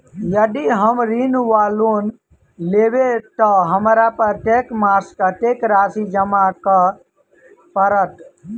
यदि हम ऋण वा लोन लेबै तऽ हमरा प्रत्येक मास कत्तेक राशि जमा करऽ पड़त?